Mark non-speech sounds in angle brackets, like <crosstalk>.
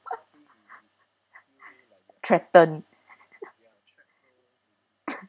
<laughs> threatened <laughs> <noise> <coughs>